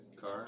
car